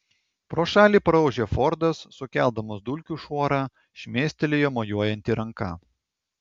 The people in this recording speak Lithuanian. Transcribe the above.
pro šalį praūžė fordas sukeldamas dulkių šuorą šmėstelėjo mojuojanti ranka